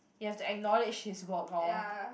you have to acknowledge his work lor